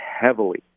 heavily